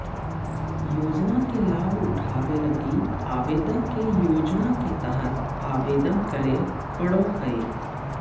योजना के लाभ उठावे लगी आवेदक के योजना के तहत आवेदन करे पड़ो हइ